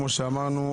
כמו שאמרנו,